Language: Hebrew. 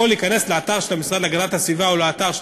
יכול להיכנס לאתר של המשרד להגנת הסביבה או לאתר של